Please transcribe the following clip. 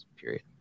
period